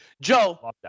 Joe